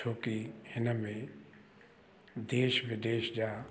छो की हिन में देश विदेश जा